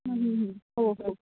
हो हो